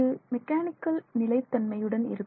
இது மெக்கானிக்கல் நிலைத் தன்மையுடன் இருக்கும்